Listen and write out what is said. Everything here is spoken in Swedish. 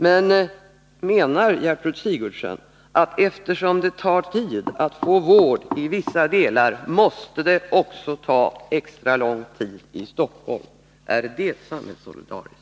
Men menar Gertrud Sigurdsen att eftersom det tar tid att få vård i vissa delar av landet, måste det också ta extra lång tid i Stockholm? Är det samhällssolidariskt?